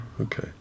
Okay